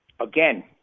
Again